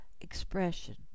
expression